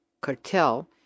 cartel